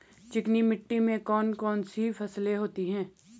चिकनी मिट्टी में कौन कौन सी फसलें होती हैं?